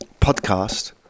podcast